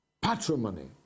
patrimony